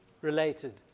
related